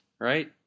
right